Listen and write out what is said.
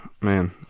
man